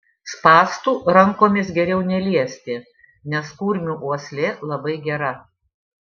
spąstų rankomis geriau neliesti nes kurmių uoslė labai gera